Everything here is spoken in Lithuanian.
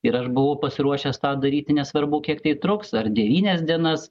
ir aš buvau pasiruošęs tą daryti nesvarbu kiek tai truks ar devynias dienas